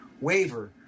waiver